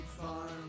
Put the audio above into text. farm